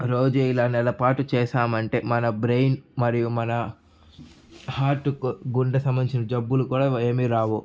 రోజూ ఇలా నెల పాటు చేశామంటే మన బ్రెయిన్ మరియు మన హార్టుకు గుండెకు సంబంధించిన జబ్బులు కూడా ఏమీ రావు